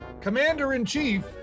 Commander-in-Chief